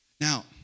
Now